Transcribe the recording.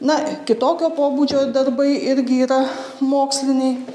na kitokio pobūdžio darbai irgi yra moksliniai